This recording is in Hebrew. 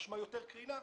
משמע: יותר קרינה,